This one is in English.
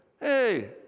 Hey